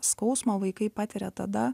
skausmo vaikai patiria tada